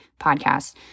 podcast